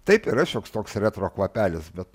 taip yra šioks toks retro kvapelis bet